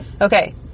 okay